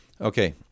Okay